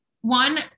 one